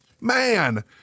Man